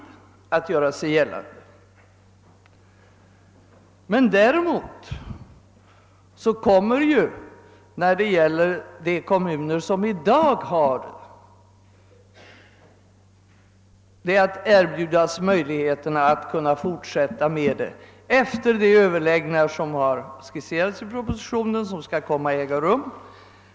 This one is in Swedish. De kommuner som i dag handhar fastighetsbildningen genom egen organisation kommer däremot att erbjudas möjligheter att fortsätta med det efter de överläggningar som skisseras i propositionen.